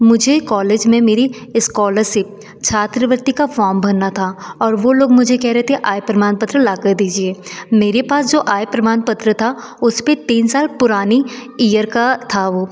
मुझे कौलेज में मेरी स्कौलरसीप छात्रवृति का फॉर्म भरना था और वह लोग मुझे कह रहे थे आय प्रमाणपत्र लाकर दीजिए मेरे पास जो आय प्रमाणपत्र था उस पर तीन साल पुरानी ईयर का था वह